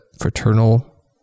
fraternal